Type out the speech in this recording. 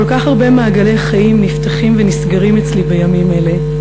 כל כך הרבה מעגלי חיים נפתחים ונסגרים אצלי בימים אלה,